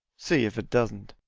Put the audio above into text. see if it doesn't.